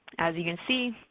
as you can see,